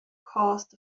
caused